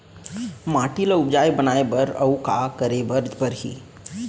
माटी ल उपजाऊ बनाए बर अऊ का करे बर परही?